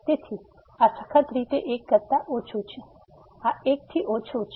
તેથી આ સખત રીતે 1 કરતા ઓછું છે આ 1 થી ઓછું છે